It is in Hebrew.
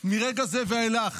מרגע זה ואילך